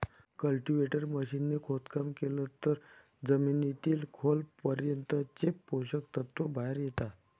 cultivator machine ने खोदकाम केलं तर जमिनीतील खोल पर्यंतचे पोषक तत्व बाहेर येता